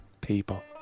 People